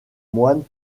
moines